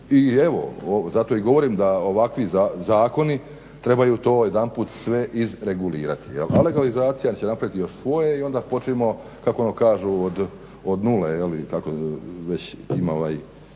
i evo zato i govorim da ovakvi zakoni trebaju to jedanput sve izregulirati jel a legalizacija će napraviti još svoje i onda počnimo od kako ono kažu od nule ima izraz